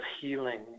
healing